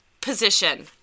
position